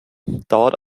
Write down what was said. dauert